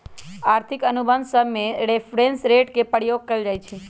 आर्थिक अनुबंध सभमें रेफरेंस रेट के प्रयोग कएल जाइ छइ